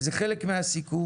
זה חלק מהסיכום.